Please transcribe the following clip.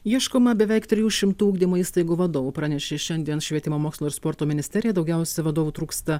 ieškoma beveik trijų šimtų ugdymo įstaigų vadovų pranešė šiandien švietimo mokslo ir sporto ministerija daugiausiai vadovų trūksta